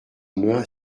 mehun